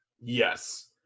Yes